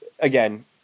again